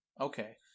Okay